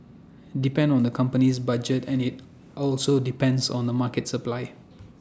depend on the company's budget and IT also depends on the market supply